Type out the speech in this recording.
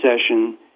session